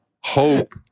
hope